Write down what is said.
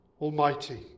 Almighty